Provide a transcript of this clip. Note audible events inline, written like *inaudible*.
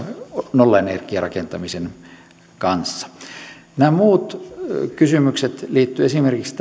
nollaenergiarakentamisen kanssa nämä muut kysymykset liittyvät esimerkiksi *unintelligible*